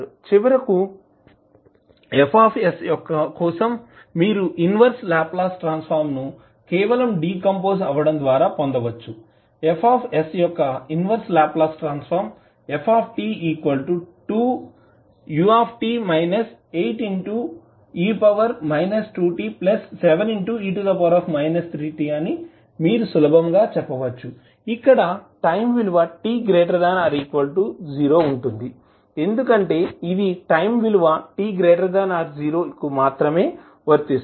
చివరకు ఇచ్చినFs కోసం మీరు ఇన్వర్స్ లాప్లాస్ ట్రాన్స్ ఫార్మ్ ను కేవలం డీకంపోజ్ అవ్వడం ద్వారా పొందవచ్చు Fs యొక్క inverse Laplace transform ft2ut 8e 2t7e 3t అని మీరు సులభంగా చెప్పవచ్చు ఇక్కడ టైం విలువ t ≥ 0 ఉంటుంది ఎందుకంటే ఇది టైం విలువ t≥0 కు మాత్రమే వర్తిస్తుంది